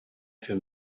für